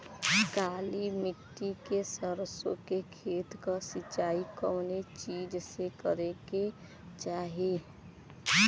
काली मिट्टी के सरसों के खेत क सिंचाई कवने चीज़से करेके चाही?